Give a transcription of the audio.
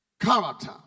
Character